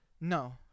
No